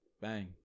Bang